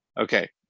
Okay